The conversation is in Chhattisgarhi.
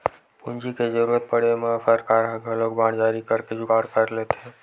पूंजी के जरुरत पड़े म सरकार ह घलोक बांड जारी करके जुगाड़ कर लेथे